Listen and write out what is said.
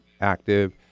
active